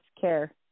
care